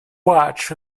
watch